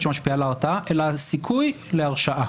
שמשפיעה על ההתרעה אלא הסיכוי להרשעה.